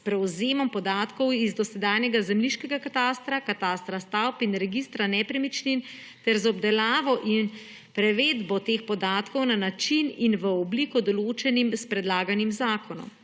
prevzemom podatkov iz dosedanjega zemljiškega katastra, katastra stavb in registra nepremičnin ter z obdelavo in prevedbo teh podatkov na način in v obliko, določeno s predlaganim zakonom.